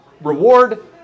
reward